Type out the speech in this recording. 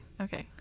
Okay